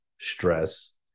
stress